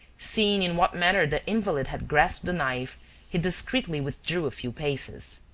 seeing in what manner the invalid had grasped the knife he discreetly withdrew a few paces.